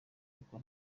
kuko